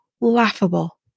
laughable